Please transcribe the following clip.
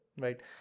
right